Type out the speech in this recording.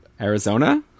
Arizona